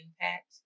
impact